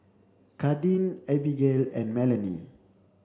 Kadin Abigail and Melony